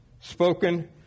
Spoken